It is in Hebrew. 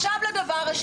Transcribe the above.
זה היה מיותר.